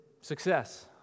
success